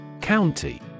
County